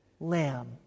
lamb